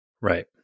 right